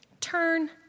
turn